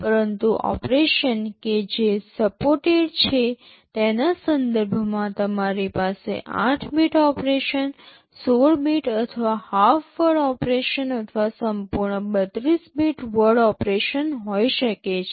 પરંતુ ઓપરેશન કે જે સપોર્ટેડ છે તેના સંદર્ભમાં તમારી પાસે ૮ બીટ ઓપરેશન 16 બીટ અથવા હાફ વર્ડ ઑપરેશન અથવા સંપૂર્ણ ૩૨ બીટ વર્ડ ઑપરેશન હોઈ શકે છે